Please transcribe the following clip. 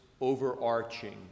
overarching